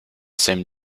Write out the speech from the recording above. same